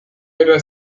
era